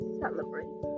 celebrate